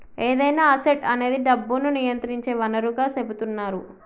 ఏదైనా అసెట్ అనేది డబ్బును నియంత్రించే వనరుగా సెపుతున్నరు